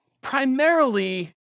primarily